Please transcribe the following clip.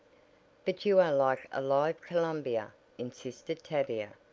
but you are like a live columbia, insisted tavia.